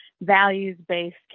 values-based